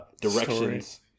directions